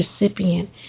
recipient